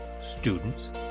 students